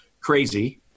crazy